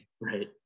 right